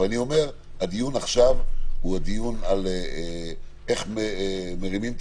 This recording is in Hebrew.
אבל אני אומר שהדיון עכשיו הוא הדיון על איך מרימים את